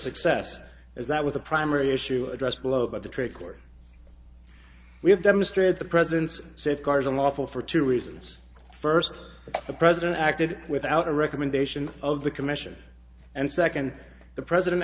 success is that with the primary issue addressed below by the trade court we have demonstrated the president's safeguards and lawful for two reasons first the president acted without a recommendation of the commission and second the president